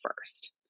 first